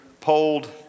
polled